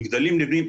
מגדלים נבנים,